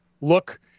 look